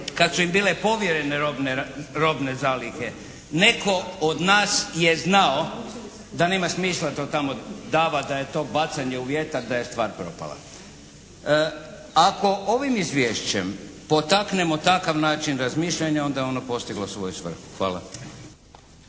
kad su im bile povjerene robne zalihe. Netko od nas je znao da nema smisla to tamo davati, da je to bacanje u vjetar, da je stvar propala. Ako ovim izvješćem potaknemo takav način razmišljanja onda je ono postiglo svoju svrhu. Hvala.